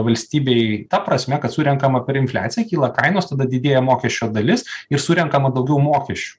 valstybėj ta prasme kad surenkama per infliaciją kyla kainos tada didėja mokesčio dalis ir surenkama daugiau mokesčių